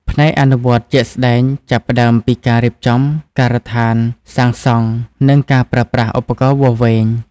ផ្នែកអនុវត្តជាក់ស្តែងចាប់ផ្តើមពីការរៀបចំការដ្ឋានសាងសង់និងការប្រើប្រាស់ឧបករណ៍វាស់វែង។